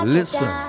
Listen